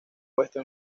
puesto